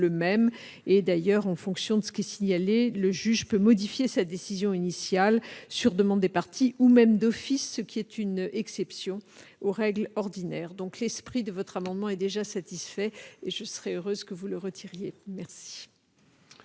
le même. Ainsi, en fonction de ce qui est signalé, le juge peut modifier sa décision initiale sur demande des parties, ou même d'office, ce qui est une exception aux règles ordinaires. L'esprit de votre amendement est respecté, et je serais heureuse que vous le retiriez. La